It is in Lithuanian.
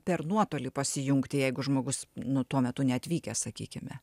per nuotolį pasijungti jeigu žmogus nu tuo metu neatvykęs sakykime